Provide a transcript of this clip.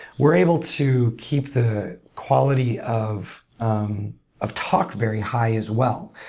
we're able to keep the quality of um of talk very high as well,